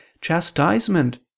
chastisement